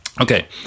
Okay